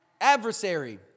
adversary